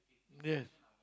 yes